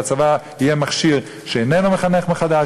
והצבא יהיה מכשיר שאיננו מחנך מחדש,